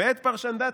"'ואת פרשנדתא,